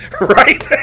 right